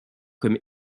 comme